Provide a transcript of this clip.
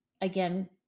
again